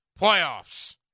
playoffs